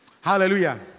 Hallelujah